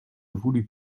voulut